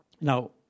Now